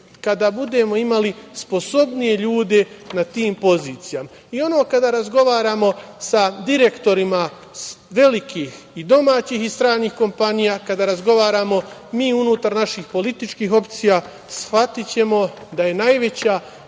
Kada budemo imali sposobnije ljude na tim pozicijama. I ono kada razgovaramo sa direktorima velikih domaćih i stranih kompanija, kada razgovaramo mi unutar naših političkih opcija, shvatićemo da je najveća